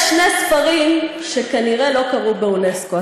יש שני ספרים שכנראה לא קראו באונסק"ו.